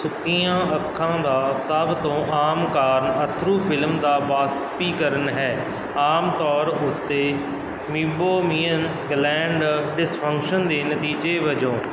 ਸੁੱਕੀਆਂ ਅੱਖਾਂ ਦਾ ਸਭ ਤੋਂ ਆਮ ਕਾਰਨ ਅੱਥਰੂ ਫ਼ਿਲਮ ਦਾ ਵਾਸਪੀਕਰਨ ਹੈ ਆਮ ਤੌਰ ਉੱਤੇ ਮੀਬੋਮੀਅਨ ਗਲੈਂਡ ਡਿਸਫੰਕਸ਼ਨ ਦੇ ਨਤੀਜੇ ਵਜੋਂ